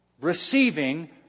receiving